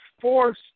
force